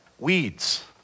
Weeds